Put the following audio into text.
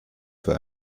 für